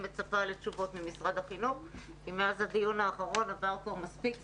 מצפה לתשובות ממשרד החינוך כי מאז הדיון האחרון עבר כבר מספיק זמן,